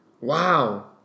Wow